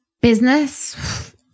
business